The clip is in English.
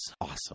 Awesome